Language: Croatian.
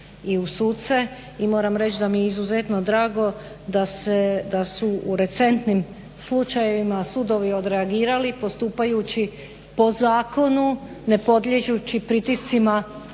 i moram reći da mi je izuzetno drago da su u recentnim slučajevima sudovi odreagirali postupajući po zakonu, ne podliježući pritiscima javnog